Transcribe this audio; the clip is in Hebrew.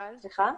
גל,